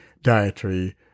dietary